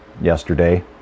yesterday